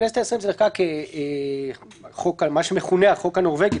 בכנסת העשרים זה מה שמכונה "החוק הנורווגי",